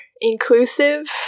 inclusive